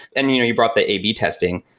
and you know you brought the ab testing.